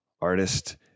artist